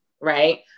right